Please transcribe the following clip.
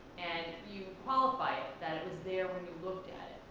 and you qualify it that it was there when you looked at